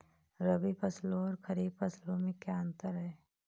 रबी फसलों और खरीफ फसलों में क्या अंतर है?